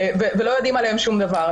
ולא יודעים עליהן שום דבר.